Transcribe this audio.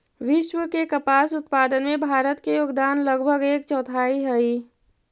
विश्व के कपास उत्पादन में भारत के योगदान लगभग एक चौथाई हइ